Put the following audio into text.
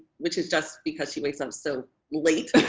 which is just because she wakes up so late.